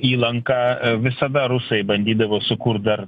įlanką visada rusai bandydavo sukurt dar